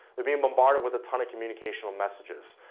they're being bombarded with a ton of communicational messages.